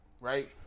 right